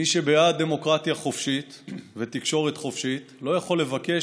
מי שבעד דמוקרטיה חופשית ותקשורת חופשית לא יכול לבקש